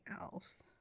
else